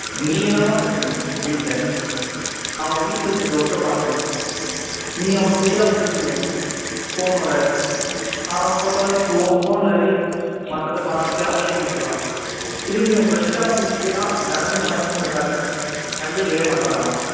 நீங்கள் தான்மா கண்டிக்கணும் வீட்டில் அவனுக்கு வீட்டில் கொடுக்கற ஒர்க்கை பார்க்கணும் நீங்கள் அவனை ஃப்ரீயாக விட்டுறீங்க ஃபோனோடு அவன் எப்போ பார்த்தாலும் ஃபோனில் ரீல்ஸ் மற்றத பார்த்துட்டு அப்டியே விட்டுறான் திரும்பியும் ஃப்ரெஷ்ஷாக வந்து நிற்கிறான் தினமும் பனிஷ்மெண்ட் தர்றேன் கண்டுக்கவே மாட்றான்ம்மா